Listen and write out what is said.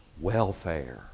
welfare